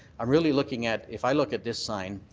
i'm really looking at if i look at this sign,